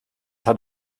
hat